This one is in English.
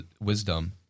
wisdom